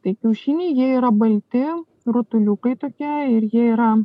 tai kiaušiniai jie yra balti rutuliukai tokia ir jie yra